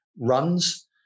runs